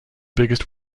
biggest